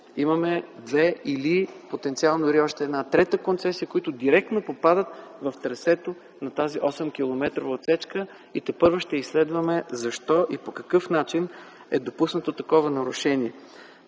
имаме две и потенциално още една трета концесия, които директно попадат в трасето на тази 8-километрова отсечка и тепърва ще изследваме защо и по какъв начин е допуснато такова нарушение.